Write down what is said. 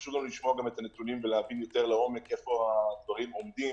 חשוב לנו לשמוע את הנתונים ולהבין לעומק איפה הדברים עומדים.